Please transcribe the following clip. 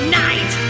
night